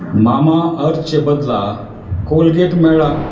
मामा अर्थचे बदला कोलगेट मेळ्ळां